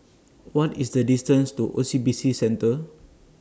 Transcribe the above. What IS The distance to O C B C Centre